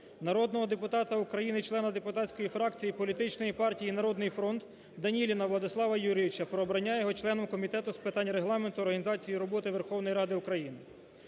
Народного депутата України, члена депутатської фракції політичної партії "Народний фронт" Даніліна Владислава Юрійовича про обрання його членом Комітету з питань Регламенту, організації роботи Верховної Ради України.